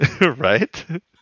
Right